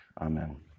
amen